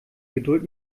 geduld